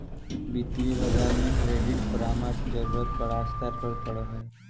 वित्तीय बाजार में क्रेडिट परामर्श के जरूरत बड़ा स्तर पर पड़ो हइ